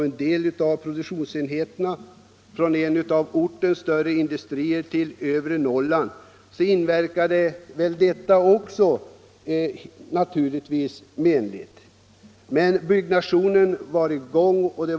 En del av produktionsenheterna i kommunen -— från en av ortens större industrier — omlokaliserades till övre Norrland. Det inverkade givetvis menligt. Men byggnationen var i full gång.